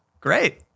Great